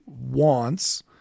wants